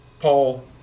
Paul